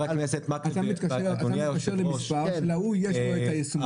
אתה מתקשר למספר ולהוא יש את היישומון.